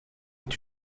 est